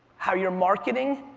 how your marketing,